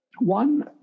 One